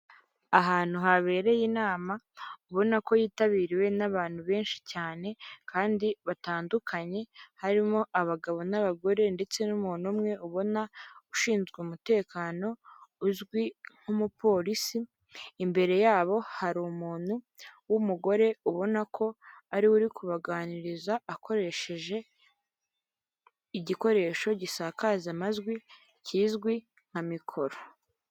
Ahantu habereye inama, ubona ko yitabiriwe n'abantu benshi cyane, kandi batandukanye, harimo abagabo n'abagore, ndetse n'umuntu umwe ubona ushinzwe umutekano uzwi nk'umupolisi, imbere yabo hari umuntu w'umugore ubona ko ariwe uri kubaganiriza akoresheje igikoresho gisakaza amajwi kizwi nka mikoro.